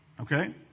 Okay